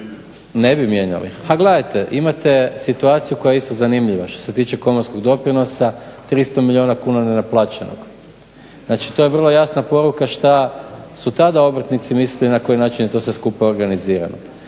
Ne bi mijenjali? Pa gledajte imate situaciju koja je isto zanimljiva što se tiče komorskog doprinosa 300 milijuna kuna nenaplaćenog. Znači, to je vrlo jasna poruka što su tada obrtnici mislili na koji način je to sve skupa organizirano.